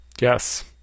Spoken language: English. Yes